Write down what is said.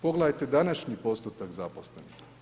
Pogledajte današnji postotak zaposlenih.